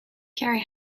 carey